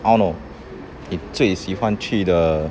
I don't know 最喜欢去的